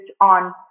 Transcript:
on